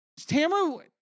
Tamra